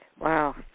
Wow